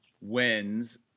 wins